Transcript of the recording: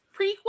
prequel